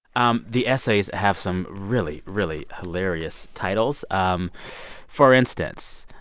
um the essays have some really, really hilarious titles, um for instance,